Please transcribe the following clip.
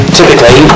typically